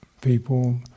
people